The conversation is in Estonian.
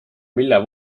mille